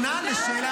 ליטאי